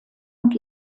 und